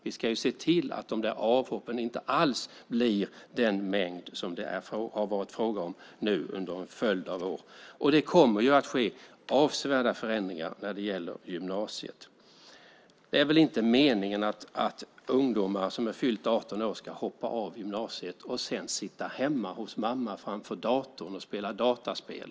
Vi ska se till att de avhoppen inte alls blir den mängd som det har varit fråga om nu under en följd av år. Det kommer ju att ske avsevärda förändringar när det gäller gymnasiet. Det är väl inte meningen att ungdomar som har fyllt 18 år ska hoppa av gymnasiet och sedan sitta hemma hos mamma framför datorn och spela dataspel?